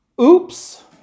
oops